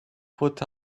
put